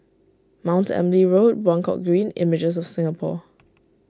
Mount Emily Road Buangkok Green Images of Singapore